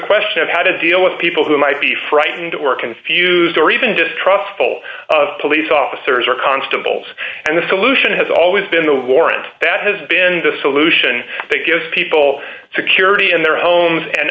question of how to deal with people who might be frightened or confused or even distrustful of police officers or constables and the solution has always been the warrant that has been the solution that gives people security in their homes an